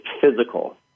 physical